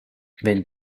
wenn